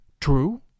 True